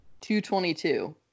222